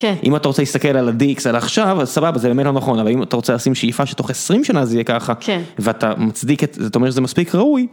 כן, אם אתה רוצה להסתכל על ה-DX על עכשיו, אז סבבה, זה באמת לא נכון, אבל אם אתה רוצה לשים שאיפה שתוך 20 שנה זה יהיה ככה, כן, ואתה מצדיק את, זאת אומרת, זה מספיק ראוי.